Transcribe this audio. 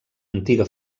antiga